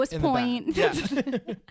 point